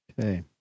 Okay